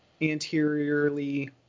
anteriorly